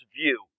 view